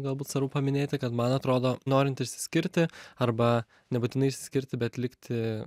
galbūt svarbu paminėti kad man atrodo norint išsiskirti arba nebūtinai išsiskirti bet likti